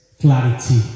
clarity